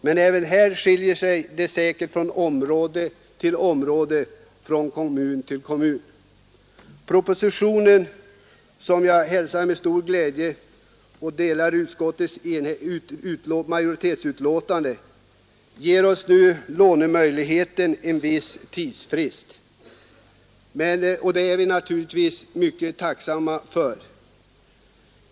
Men även härvidlag skiljer det sig säkert från område till område, från kommun till kommun Jag hälsar propositionen med stor glädje och delar utskottsmajoritetens uppfattning i betänkandet. Propositionen ger oss nu möjligheter att låna, och det ger oss en tidsfrist — och det är vi naturligtvis mycket tacksamma för. Men på sikt löser det ej problemen.